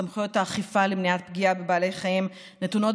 סמכויות האכיפה למניעת פגיעה בבעלי חיים נתונות